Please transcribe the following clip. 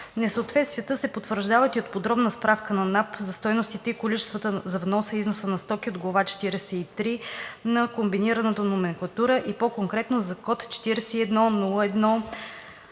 Несъответствията се потвърждават и от подробна справка на НАП за стойностите и количествата на вноса и износа на стоки от Глава 43 на Комбинираната номенклатура, и по-конкретно за код 43011000